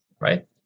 right